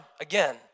again